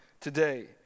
today